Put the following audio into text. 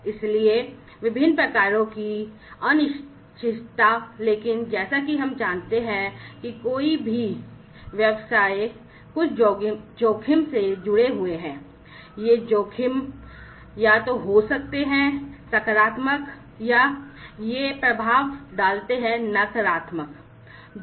अनिश्चितता से भी जुड़े कुछ जोखिम हैं और यह अनिश्चितता और जोखिम या तो ये सकारात्मक हो सकते हैं वे व्यवसाय पर कुछ सकारात्मक प्रभाव डाल सकते हैं या यह नकारात्मक हो सकते हैं